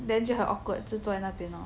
then 就很 awkward 坐在那边哦